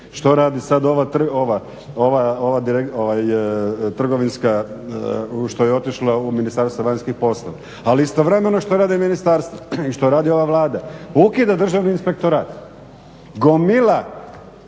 Što radi sad ova trgovinska što je otišla u Ministarstvo vanjskih poslova? Ali istovremeno što rade ministarstva i što radi ova Vlada? Ukida Državni inspektorat. Gomila